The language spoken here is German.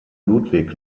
ludwig